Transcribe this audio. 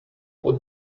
what